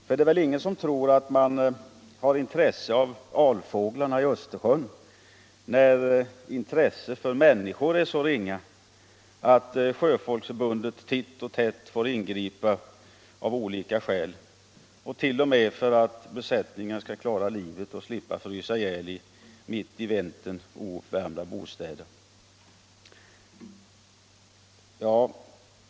För det är väl ingen som tror att man på dessa båtar har intresse av alfåglar i Östersjön, mot bakgrund av att intresset för människor är så ringa att Sjöfolksförbundet titt och tätt får ingripa av olika skäl, t.o.m. för att båtens besättning skall slippa frysa ihjäl i mitt i vintern ouppvärmda bostäder.